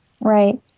Right